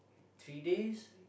three days